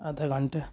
आधा घण्टा